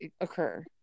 occur